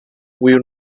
will